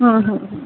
হুম হুম হুম